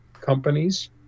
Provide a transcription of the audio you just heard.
companies